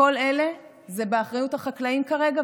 כל אלה באחריות החקלאים כרגע,